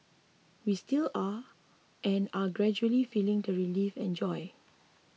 we still are and are gradually feeling the relief and joy